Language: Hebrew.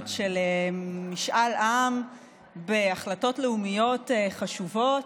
של משאל עם בהחלטות לאומיות חשובות.